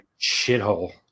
shithole